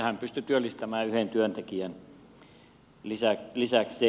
hän pystyi työllistämään yhden työntekijän lisäkseen